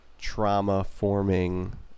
trauma-forming